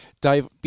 dave